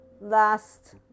last